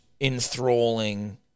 enthralling